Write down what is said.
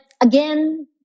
again